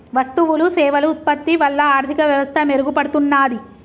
వస్తువులు సేవలు ఉత్పత్తి వల్ల ఆర్థిక వ్యవస్థ మెరుగుపడుతున్నాది